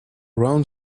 round